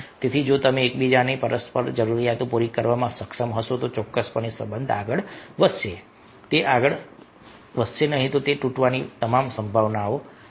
તેથી જો તમે એકબીજાની પરસ્પર જરૂરિયાતો પૂરી કરવામાં સક્ષમ હશો તો ચોક્કસપણે સંબંધ આગળ વધશે તે આગળ વધશે નહીં તો તે તૂટવાની તમામ સંભાવના સાથે